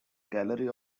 gallery